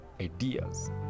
ideas